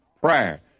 prayer